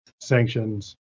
sanctions